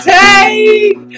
take